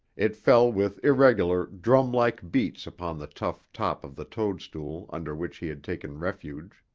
it fell with irregular, drumlike beats upon the tough top of the toadstool under which he had taken refuge.